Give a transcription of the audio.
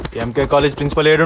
m k college principal's